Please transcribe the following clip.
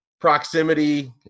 proximity